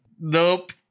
Nope